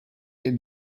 ihr